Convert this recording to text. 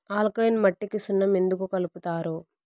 alkaline మట్టికి సున్నం ఎందుకు కలుపుతారు